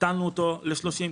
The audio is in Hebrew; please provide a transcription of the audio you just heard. הקטנו אותו ל-30%,